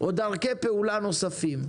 או דרכי פעולה נוספים,